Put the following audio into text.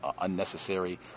unnecessary